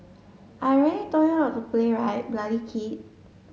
I already told you not to play right bloody kid